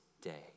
day